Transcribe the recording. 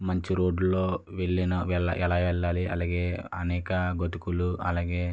మంచి రోడ్లలో వెళ్ళిన వెళ్ళ ఎలా వెళ్ళాలి అలాగే అనేక గతుకులు అలాగే